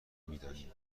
میدانیم